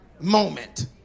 moment